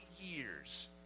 years